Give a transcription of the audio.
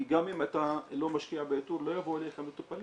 כי גם אם אתה לא משקיע באיתור לא יבואו אליך מטופלים.